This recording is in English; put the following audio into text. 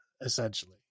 essentially